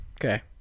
Okay